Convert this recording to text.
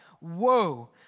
woe